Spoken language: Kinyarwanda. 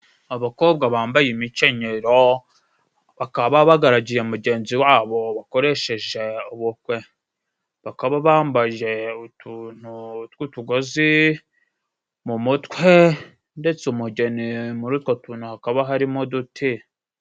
abakobwa bambaye imicyenyero bakaba bagaragiye mugenzi wabo bakoresheje ubukwe bakaba bambaje utuntu tw'utugozi mu mutwe ndetse umugeni muri utwo tuntu hakaba harimo uduti